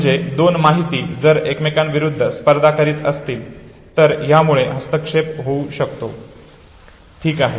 म्हणजे दोन माहिती जर एकमेकांविरूद्ध स्पर्धा करत असतील तर यामुळे हस्तक्षेप होऊ शकतो ठीक आहे